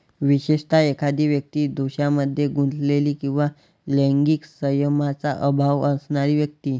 विशेषतः, एखादी व्यक्ती दोषांमध्ये गुंतलेली किंवा लैंगिक संयमाचा अभाव असणारी व्यक्ती